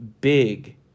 big –